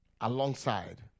alongside